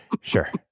sure